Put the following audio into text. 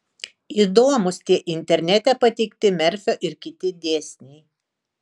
įdomūs tie internete pateikti merfio ir kiti dėsniai